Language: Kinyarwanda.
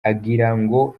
agirango